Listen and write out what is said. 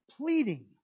pleading